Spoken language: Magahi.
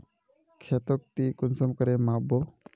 खेतोक ती कुंसम करे माप बो?